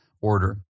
order